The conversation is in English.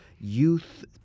Youth